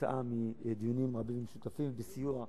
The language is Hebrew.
כתוצאה מדיונים משותפים רבים,